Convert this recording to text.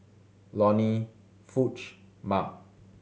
Lonny Foch Mark